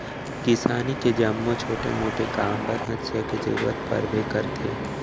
किसानी के जम्मो छोट मोट काम बर हँसिया के जरूरत परबे करथे